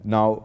Now